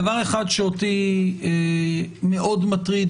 דבר אחד שאותי מאוד מטריד,